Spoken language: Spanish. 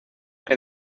que